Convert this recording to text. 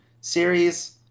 series